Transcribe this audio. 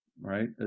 right